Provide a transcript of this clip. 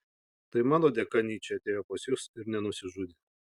tai mano dėka nyčė atėjo pas jus ir nenusižudė